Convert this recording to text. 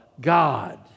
God